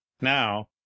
Now